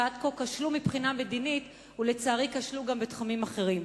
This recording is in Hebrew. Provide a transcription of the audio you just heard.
שעד כה כשלו מבחינה מדינית ולצערי כשלו גם בתחומים אחרים.